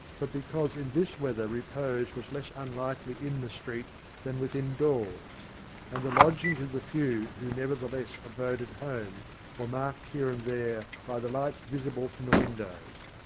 but because in this weather repose was less unlikely in the street than within doors and the lodgings of the few who nevertheless abode at home were marked here and there by the lights visible from the windows.